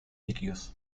líquidos